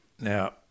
Now